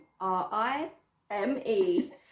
R-I-M-E